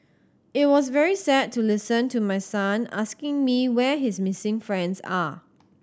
it was very sad to listen to my son asking me where his missing friends are